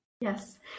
Yes